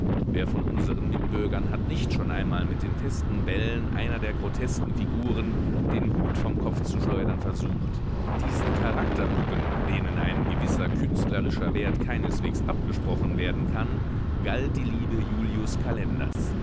wer von unseren mitbürgern hat nicht schon einmal mit den festen bällen einer der grotesken figuren den hut vom kopf zu schleudern versucht diesen charakterpuppen denen ein gewisser künstlerischer wert keineswegs abgesprochen werden kann galt die liebe julius kalenders